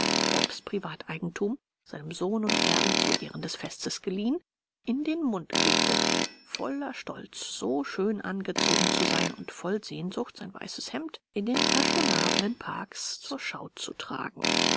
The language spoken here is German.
seinem sohn und erben zu ehren des festes geliehen in den mund kriegte voller stolz so schön angezogen zu sein und voll sehnsucht sein weißes hemd in den fashionablen parks zur schau zu tragen